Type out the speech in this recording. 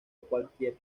cualquier